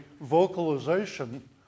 vocalization